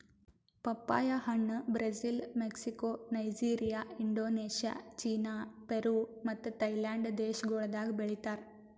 ಪಪ್ಪಾಯಿ ಹಣ್ಣ್ Brazil, Mexico, Nigeria, Indonesia, China, Peru ಮತ್ತ ಥೈಲ್ಯಾಂಡ್ ದೇಶಗೊಳ್ದಾಗ್ ಬೆಳಿತಾರ್